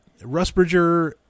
Rusbridger